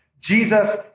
Jesus